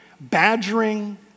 badgering